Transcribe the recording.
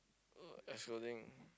excluding